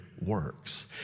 works